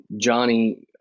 johnny